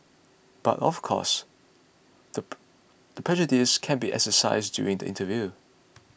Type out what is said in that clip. but of course the the prejudice can be exercised during the interview